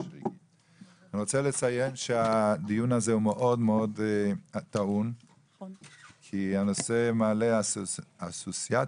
רוצה לציין שהדיון הזה הוא מאוד מאוד טעון כי הנושא מעלה אסוציאציות